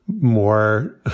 more